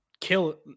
kill